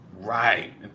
Right